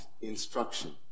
instruction